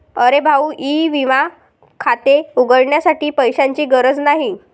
अरे भाऊ ई विमा खाते उघडण्यासाठी पैशांची गरज नाही